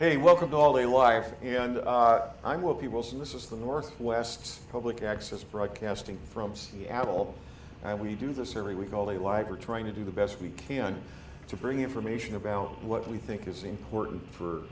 hey welcome to all the wife and i will be will soon this is the north west public access broadcasting from seattle and we do this every week all the life we're trying to do the best we can to bring information about what we think is important for